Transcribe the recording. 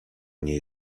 nie